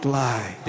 lie